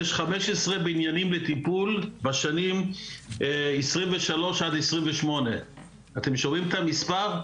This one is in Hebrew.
יש 15 בניינים בטיפול בשנים 2023 עד 2028. אתם שומעים את המספר?